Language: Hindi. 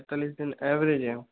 पैंतालिस दिन एवरेज है